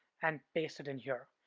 and paste it in here.